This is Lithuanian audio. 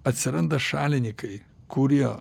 atsiranda šalinykai kurie